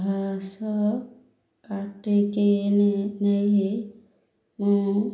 ଘାସ କଟିକିନି ନେଇ ମୁଁ